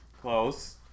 Close